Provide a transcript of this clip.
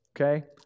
okay